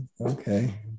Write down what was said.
Okay